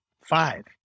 five